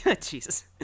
jesus